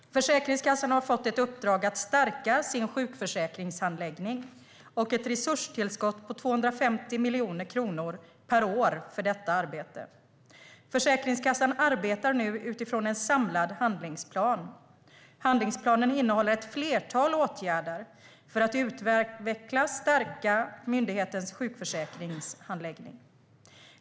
Försäkringskassan har fått ett uppdrag att stärka sin sjukförsäkringshandläggning och ett resurstillskott på 250 miljoner kronor per år för detta arbete. Försäkringskassan arbetar nu utifrån en samlad handlingsplan. Handlingsplanen innehåller ett flertal åtgärder för att utveckla och stärka myndighetens sjukförsäkringshandläggning.